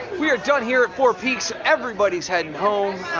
we are done here at four peaks. everybody's heading home.